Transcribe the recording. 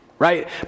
Right